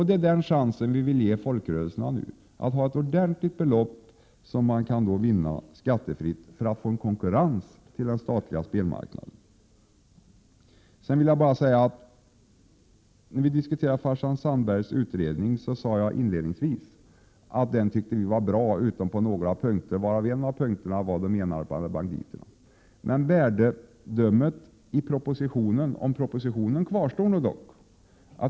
Det är den chansen vi vill ge folkrörelserna nu, att de skall ha ett ordentligt belopp som kan vinnas skattefritt. Då blir det konkurrens till den statliga spelmarknaden. När vi diskuterade ”Farsan” Sandbergs utredning sade jag inledningsvis att vi tyckte att den var bra, utom på några punkter. En av dessa punkter var de enarmade banditerna. Värdeomdömet om propositionen kvarstår dock.